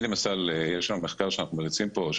יש למשל מחקר שאנחנו מריצים פה,